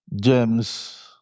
James